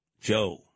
Joe